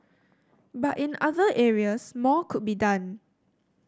but in other areas more could be done